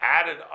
added